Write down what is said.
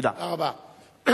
תודה רבה.